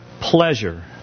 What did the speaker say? pleasure